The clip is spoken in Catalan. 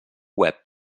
web